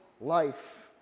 life